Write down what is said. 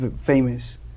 famous